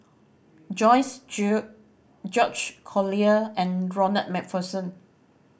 Joyce Jue George Collyer and Ronald Macpherson